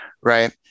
right